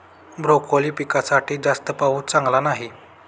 broccoli पिकासाठी जास्त पाऊस चांगला नाही